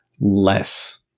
less